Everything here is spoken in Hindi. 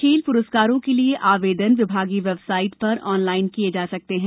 खेल प्रस्कारों के लिए आवेदन विभागीय वेबसाइट पर ऑनलाइन किये जा सकते हैं